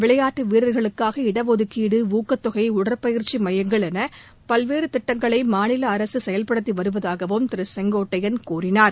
விளையாட்டு வீரர்களுக்காக இடஒதுக்கீடு ஊக்கத்தொகை உடற்பயிற்சி மையங்கள் என பல்வேறு திட்டங்களை மாநில அரசு செயல்படுத்தி வருவதாகவும் திரு செங்கோட்டையள் கூறினார்